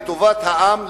לטובת העם,